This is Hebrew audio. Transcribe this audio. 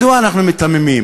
מדוע אנחנו מיתממים?